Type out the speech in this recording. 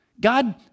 God